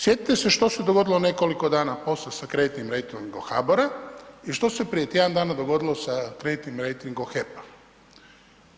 Sjetite se što se dogodilo nekoliko dana poslije sa kreditnim rejtingom HABOR-a i što se prije tjedan dana dogodilo sa kreditnim rejtingom HEP-a.